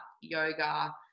yoga